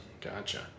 Gotcha